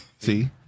See